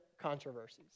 controversies